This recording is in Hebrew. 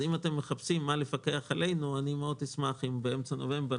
אם אתם מחפשים על מה לפקח עלינו אשמח מאוד אם באמצע חודש נובמבר